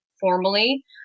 formally